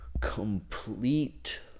complete